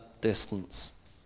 distance